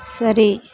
சரி